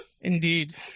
Indeed